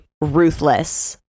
ruthless